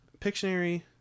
Pictionary